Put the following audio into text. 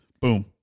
Boom